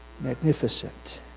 Magnificent